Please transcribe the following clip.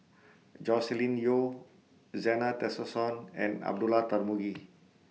Joscelin Yeo Zena Tessensohn and Abdullah Tarmugi